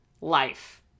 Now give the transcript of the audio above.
life